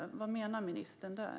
Vad menar ministern där?